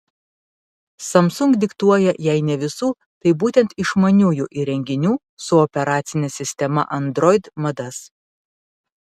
samsung diktuoja jei ne visų tai būtent išmaniųjų įrenginių su operacine sistema android madas